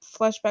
flashback